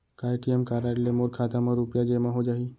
का ATM card ले मोर खाता म रुपिया जेमा हो जाही?